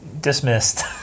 dismissed